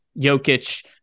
Jokic